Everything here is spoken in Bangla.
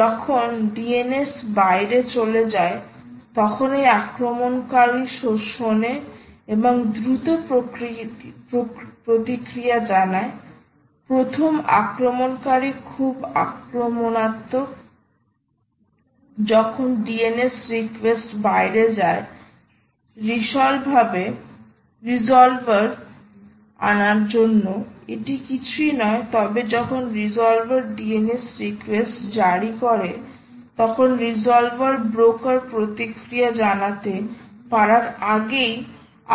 যখন DNS বাইরে চলে যায় তখন এই আক্রমণকারী শোনে এবং দ্রুত প্রতিক্রিয়া জানায় প্রথম আক্রমণকারী খুব আক্রমণাত্মক যখন DNS রিকুয়েস্ট বাইরে যায় রিসলভার আনার জন্য এটি কিছুই নয় তবে যখন রিসলভার DNS রিকুয়েস্ট জারি করে তখন রিসলভার ব্রোকার প্রতিক্রিয়া জানাতে পারার আগেই